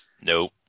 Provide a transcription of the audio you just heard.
Nope